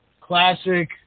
Classic